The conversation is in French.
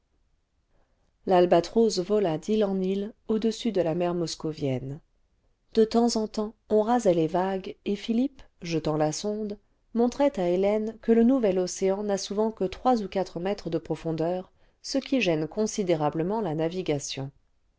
vola d'île en île au-dessus de la mer moscovienne de temps en temps on rasait les vagues et philippe jetant la sonde montrait à hélène que le nouvel océan n'a souvent que trois ou quatre mètres de profondeur ce qui gêne considérablement la navigation